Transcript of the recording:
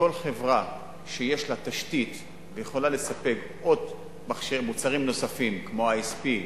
כל חברה שיש לה תשתית והיא יכולה לקבל מוצרים נוספים כמו ISP,